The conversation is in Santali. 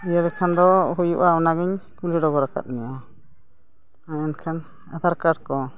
ᱤᱭᱟᱹ ᱞᱮᱠᱷᱟᱱ ᱫᱚ ᱦᱩᱭᱩᱜᱼᱟ ᱚᱱᱟᱜᱤᱧ ᱠᱩᱞᱤ ᱰᱚᱜᱚᱨ ᱟᱠᱟᱫ ᱢᱮᱭᱟ ᱢᱮᱱᱠᱷᱟᱱ ᱟᱫᱷᱟᱨ ᱠᱟᱨᱰ ᱠᱚ